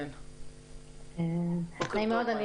נעים מאוד,